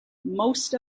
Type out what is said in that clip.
most